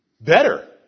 Better